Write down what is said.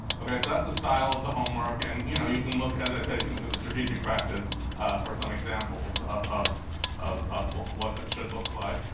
ok? so that's the style of the homework and, you know, you can look as i said, you can look at the strategic practice for some examples of of what that should look like.